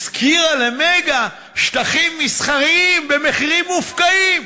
השכירה ל"מגה" שטחים מסחריים במחירים מופקעים,